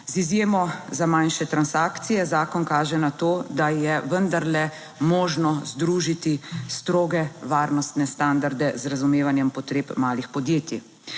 Z izjemo za manjše transakcije zakon kaže na to, da je vendarle možno združiti stroge varnostne standarde z razumevanjem potreb malih podjetij.